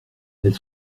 elles